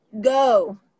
go